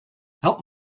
help